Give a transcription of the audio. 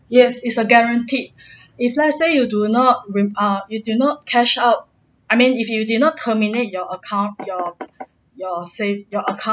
yes is a guaranteed if let's say you do not remem~ err you do not cash out I mean if you did not terminate your account your your save your account